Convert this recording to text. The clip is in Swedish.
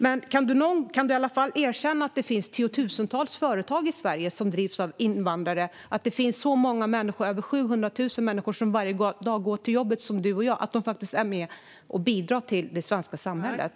Men kan Henrik Vinge i alla fall erkänna att det finns tiotusentals företag i Sverige som drivs av invandrare och att över 700 000 människor varje dag går till jobbet som du och jag och är med och bidrar till det svenska samhället?